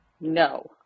No